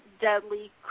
deadly